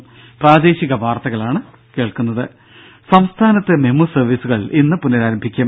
ദ്ദേ സംസ്ഥാനത്ത് മെമു സർവീസുകൾ ഇന്ന് പുനരാരംഭിക്കും